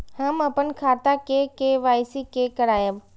हम अपन खाता के के.वाई.सी के करायब?